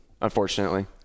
Unfortunately